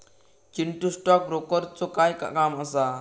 Chintu, stock ब्रोकरचा काय काम असा?